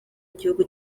igihugu